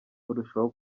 barushaho